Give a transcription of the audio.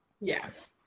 Yes